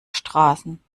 straßen